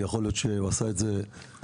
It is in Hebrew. כי יכול להיות שהוא עשה את זה בשוגג,